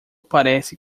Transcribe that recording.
parece